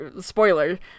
spoiler